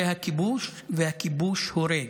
זה הכיבוש, והכיבוש הורג.